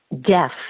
Deaf